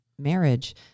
marriage